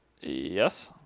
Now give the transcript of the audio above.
Yes